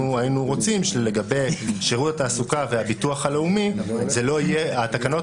ו היינו רוצים שלגבי שירות התעסוקה והביטוח הלאומי התקנות